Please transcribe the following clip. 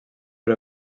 per